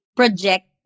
project